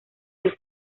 del